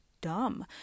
dumb